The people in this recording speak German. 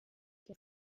der